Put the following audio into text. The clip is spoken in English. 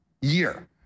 year